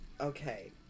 Okay